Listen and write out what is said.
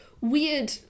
weird